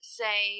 say